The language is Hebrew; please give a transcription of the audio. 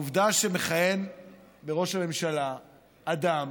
העובדה שמכהן בראש הממשלה אדם